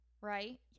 right